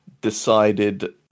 decided